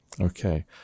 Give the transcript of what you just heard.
Okay